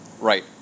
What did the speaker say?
Right